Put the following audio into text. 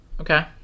Okay